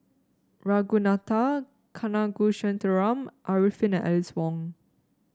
Ragunathar Kanagasuntheram Arifin and Alice Ong